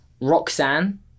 Roxanne